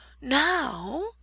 Now